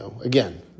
again